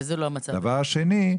דבר שני,